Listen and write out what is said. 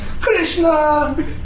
Krishna